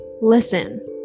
listen